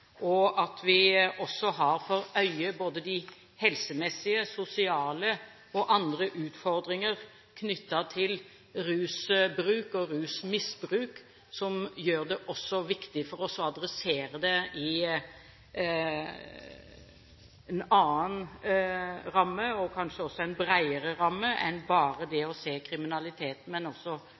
øye både helsemessige, sosiale og andre utfordringer knyttet til rusbruk og rusmisbruk, som gjør det viktig for oss å adressere det i en annen ramme, kanskje også en bredere ramme enn bare det å se kriminaliteten;